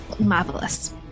marvelous